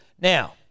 Now